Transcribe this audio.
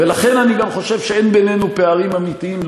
ולכן אני גם חושב שאין בינינו פערים אמיתיים,